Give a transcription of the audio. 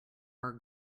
our